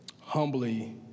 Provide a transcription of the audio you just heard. humbly